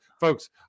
folks